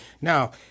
Now